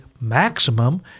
maximum